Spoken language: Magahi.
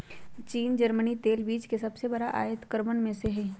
चीन जर्मनी तेल बीज के सबसे बड़ा आयतकरवन में से हई